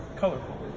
colorful